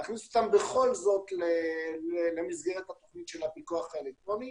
להכניס אותם בכל זאת למסגרת התכנית של הפיקוח האלקטרוני.